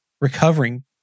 recovering